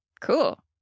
cool